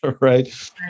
right